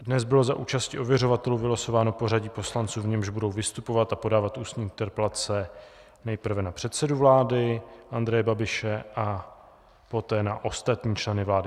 Dnes bylo za účasti ověřovatelů vylosováno pořadí poslanců, v němž budou vystupovat a podávat ústní interpelace nejprve na předsedu vlády Andreje Babiše a poté na ostatní členy vlády.